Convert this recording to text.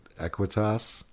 equitas